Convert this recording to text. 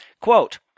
Quote